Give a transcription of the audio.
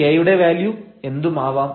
k യുടെ value എന്തുമാവാം